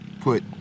Put